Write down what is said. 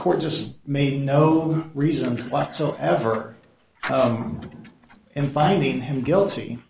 court just made no reason whatsoever in finding him guilty